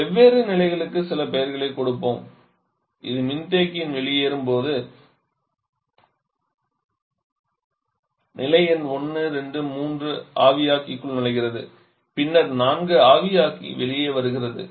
வெவ்வேறு நிலைளுக்கு சில பெயர்களைக் கொடுப்போம் இது மின்தேக்கியின் வெளியேறும்போது நிலை எண் 1 2 3 ஆவியாக்கிக்குள் நுழைகிறது பின்னர் 4 ஆவியாக்கி வெளியே வருகிறது